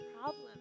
problem